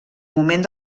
moment